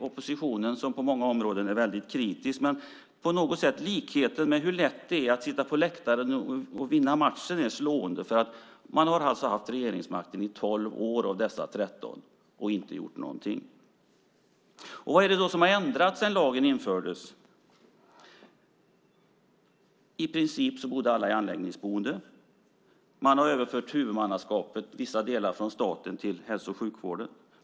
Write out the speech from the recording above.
Oppositionen är på många områden kritisk, men likheten med hur lätt det är att sitta på läktaren och vinna matchen är slående. Man har innehaft regeringsmakten i 12 av dessa 13 år och inte gjort någonting. Vad är det som har ändrats sedan lagen infördes? I princip bodde alla i anläggningsboende. Vissa delar av huvudmannaskapet har överförts från staten till hälso och sjukvården.